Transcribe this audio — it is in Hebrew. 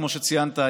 כמו שציינת,